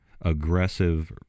aggressive